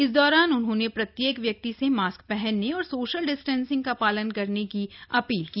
इस दौरान उन्होंने प्रत्येक व्यक्ति को मास्क पहनने और सोशल डिस्टेसिंग का पालन करने की अपील की